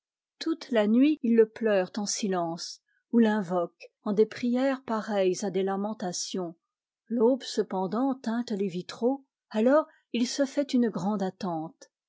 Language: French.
toute la nuit ils le pleurent en silence ou l'invoquent en des prières pareilles à des lamentations l'aube cependant teinte les vitraux alors il se fait une grande attente